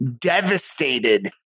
devastated